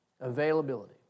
availability